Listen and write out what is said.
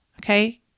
okay